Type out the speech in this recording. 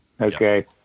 Okay